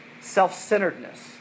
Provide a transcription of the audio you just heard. self-centeredness